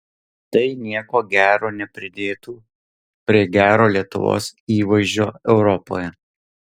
tai nieko gero nepridėtų prie gero lietuvos įvaizdžio europoje